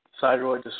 Thyroid